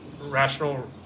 rational